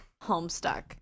Homestuck